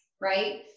right